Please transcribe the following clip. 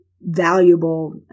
valuable